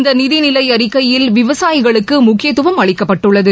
இந்த நிதிநிலை அறிக்கையில் விவசாயிகளுக்கு முக்கியத்துவம் அளிக்கப்பட்டுள்ளது